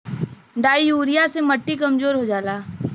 di urea से मट्टी कमजोर हो जाला